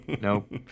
nope